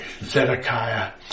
Zedekiah